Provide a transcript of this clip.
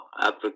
Africa